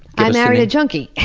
i married a junkie.